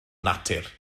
natur